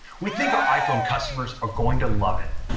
we think our iphone customers are going to love it.